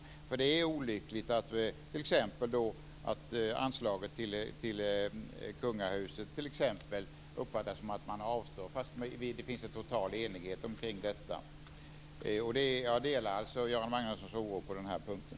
Det är t.ex. olyckligt att detta när det gäller anslaget till kungahuset kan uppfattas som ett avstående, fastän det finns en total enighet omkring anslaget. Jag delar alltså Göran Magnussons oro på den här punkten.